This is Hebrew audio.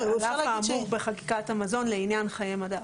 על אף האמור בחקיקת המזון לעניין חיי מדף.